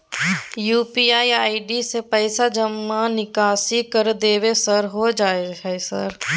UPI ID से पैसा जमा निकासी कर देबै सर होय जाय है सर?